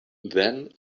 then